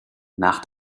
nach